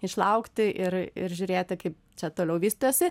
išlaukti ir ir žiūrėti kaip čia toliau vystėsi